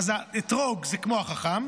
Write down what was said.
אז האתרוג זה כמו החכם,